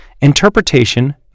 interpretation